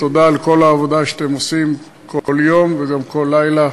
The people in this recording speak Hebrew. תודה על כל העבודה שאתם עושים כל יום וגם כל לילה.